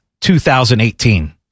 2018